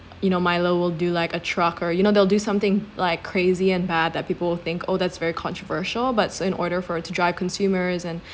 Milo will do like a truck or you know they'll do something like crazy and bad that people will think oh that's very controversial but so in order for it to drive consumers and